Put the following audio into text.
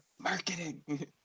Marketing